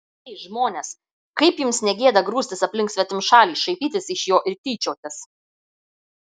ei žmonės kaip jums ne gėda grūstis aplink svetimšalį šaipytis iš jo ir tyčiotis